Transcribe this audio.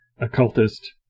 occultist